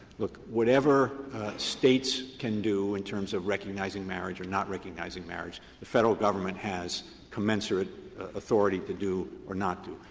look, whatever states can do in terms of recognizing marriage or not recognizing marriage, the federal government has commensurate authority to do or not do.